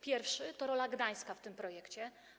Pierwszy to rola Gdańska w tym projekcie.